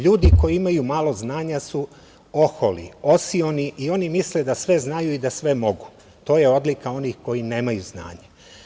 Ljudi koji imaju malo znanja su oholi, osioni i oni misle da sve znaju i da sve mogu, to je odlika onih koji nemaju znanje.